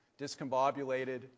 discombobulated